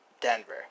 Denver